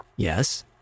yes